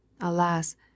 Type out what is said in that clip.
Alas